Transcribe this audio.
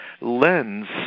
lens